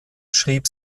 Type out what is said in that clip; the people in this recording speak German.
schrieb